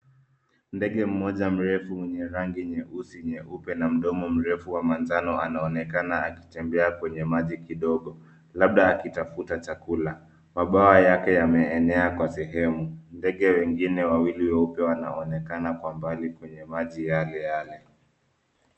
Ndege mmoja mrefu mwenye rangi nyeusi nyeupe na mdomo mrefu wa manjano anaonekana akitembea kwenye maji kidogo, labda akitafuta chakula. Mabawa yake yameenea kwa sehemu. Ndege wengine wawili weupe wanaonekana kwa mbali kwenye maji yaleyale.